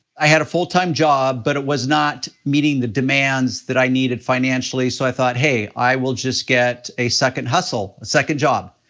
i had a full-time job, but it was not meeting the demands that i needed financially, so i thought, hey, i will just get a second hustle, second job.